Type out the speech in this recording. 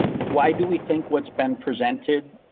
why do we think what's been presented?